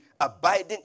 abiding